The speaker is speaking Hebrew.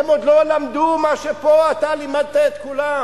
הם עוד לא למדו מה שאתה פה לימדת את כולם.